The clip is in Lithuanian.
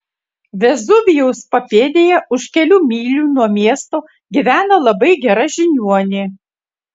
vezuvijaus papėdėje už kelių mylių nuo miesto gyvena labai gera žiniuonė